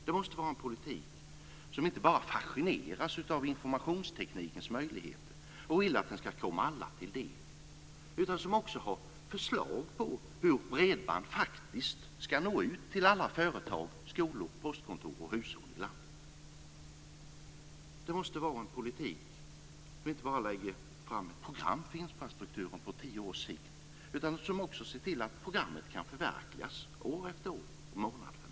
Det måste vara en politik som inte bara fascineras av informationsteknikens möjligheter och vill att den ska komma alla till del utan som också innebär förslag om hur bredband faktiskt kan nå ut till alla företag, skolor, postkontor och hushåll i landet. Det måste vara en politik som inte bara innebär att det läggs fram ett program för infrastrukturen på tio års sikt utan också ser till att programmet kan förverkligas år efter år och månad efter månad.